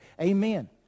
Amen